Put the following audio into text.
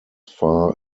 far